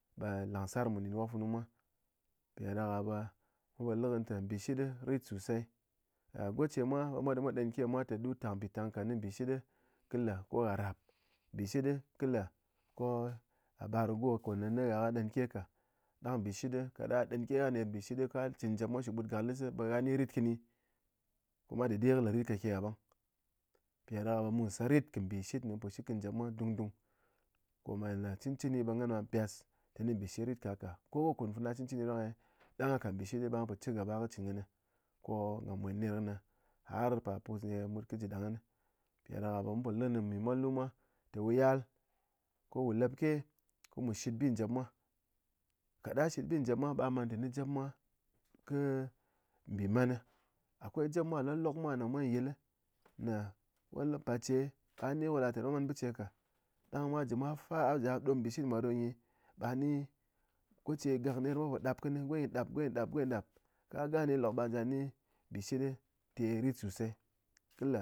Lang sar mun ndɨn wok funu mwa npi dàdakà be mun po le kɨni nté nbɨshit rit sosei gocemwa ɓe mwa do mwa ɗɨn ke mwa nté ɗun tang mɓi tang ka ne mbɨshit kɨ le ko ghá rap, mbɨshit kɨ le ko ghá bar go ko ne ghá dɨn ke ka ɗang mbɨshit kaɗang ghá ghá dɨn ke ghá ner mbɨshit ko ghá chɨn njɨp mwa shi but gaklɨs be ghá ni rit kɨni, dang dɨde kɨ le rit ke ghá ɓang mpiɗáɗake be mu se rit kɨ mbɨshit komeye mun po shit kɨni jɨp mwa dungdung, kome ye le ko cɨn cɨni be ghán a byas tenɨ nbɨshit rit ka ka, ko kun fana rang e ɗang ghá kat nbɨshit be ghán po chigaba kɨ chɨn kɨni ko ghá mwen nikɨne har par pus koye mut kɨ ji kɨ dap ghán, mpiɗáɗake be mun po le kɨni mi mol nu mwa nté wu yal kowu lep ke ko mu shit bi njɨp mwa, kaɗang ghá shit bi jip mwa be ghá man nténɨ jip mwa kɨ nbɨman, akwai jep mwa loklok mwa ne mwa yil ne mwa ne par che be ghá ni be ko latenɨ mwa man biche ka, dang mwa ji mwa fa a dom nbɨshit mwa ɗo nyi ɓani goche gak ner mwa po ɗap kɨni, gonyi ɗap, gonyi ɗap, gonyi ɗap, ko ghá gane be lok ba da ni mbɨshit te rit sosei, kɨ le